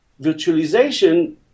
virtualization